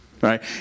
right